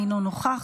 אינו נוכח,